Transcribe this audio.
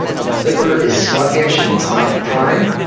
if the liver is sluggish and it's not prime,